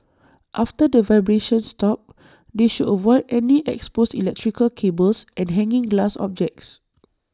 after the vibrations stop they should avoid any exposed electrical cables and hanging glass objects